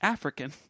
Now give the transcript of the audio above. African